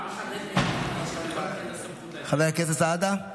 חבר הכנסת סעדה.